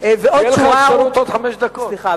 תהיה לך אפשרות עוד חמש דקות.